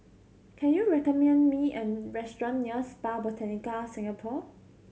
can you recommend me a restaurant near Spa Botanica Singapore